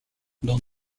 dans